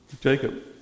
Jacob